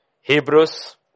Hebrews